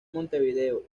montevideo